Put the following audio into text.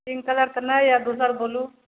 pink colour तऽ नहि यऽ दोसर बोलू